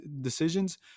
decisions